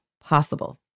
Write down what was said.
possible